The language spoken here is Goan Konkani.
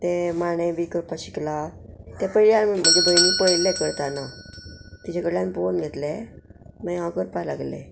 ते माणें बी करपा शिकलां तें पयल्यार म्हज्या भयणी पळयल्लें करताना तेजे कडल्यान पोवन घेतले मागीर हांव करपा लागलें